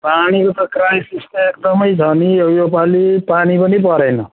पानीको त क्राइसिस त एकदमै छ नि योपालि पानी पनि परेन